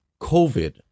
COVID